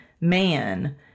man